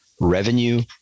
revenue